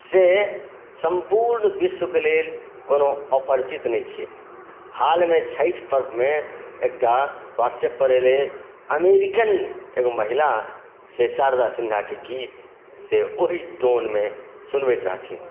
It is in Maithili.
से सम्पूर्ण विश्वके लेल कोनो अपरिचित नहि छै हालमे छठि पर्वमे एकटा ह्वाटसएपपर एलै अमेरिकन एगो महिला से शारदा सिन्हाके गीत से ओही टोनमे सुनबैत रहथिन